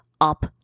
up